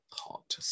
hot